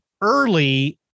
early